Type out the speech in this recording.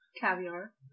caviar